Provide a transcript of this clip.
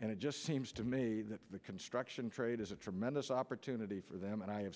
and it just seems to me that the construction trade is a tremendous opportunity for them and i